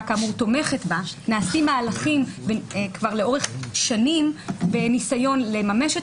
תומכת בה נעשים מהלכים לאורך שנים בניסיון לממש את